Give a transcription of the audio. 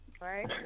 Right